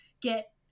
get